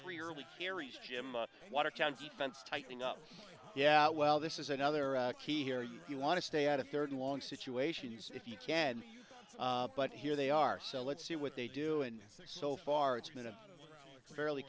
three early carries him up watertown's offense tightening up yeah well this is another key here you want to stay out of third and long situations if you can but here they are so let's see what they do and so far it's been a fairly